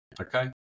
okay